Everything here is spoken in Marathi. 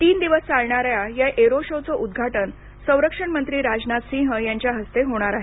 तीन दिवस चालणाऱ्या या एरो शोचं उद्घाटन संरक्षण मंत्री राजनाथ सिंह यांच्या हस्त होणार आहे